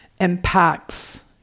impacts